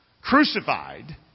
crucified